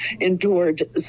endured